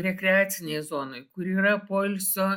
rekreacinėj zonoj kur yra poilsio